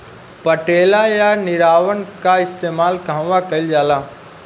पटेला या निरावन का इस्तेमाल कहवा कइल जाला?